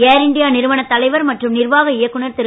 ஏர் India நிறுவனத் தலைவர் மற்றும் நிர்வாக இயக்குநர் திரு